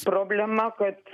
problema kad